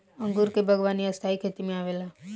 अंगूर के बागवानी स्थाई खेती में आवेला